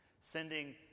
sending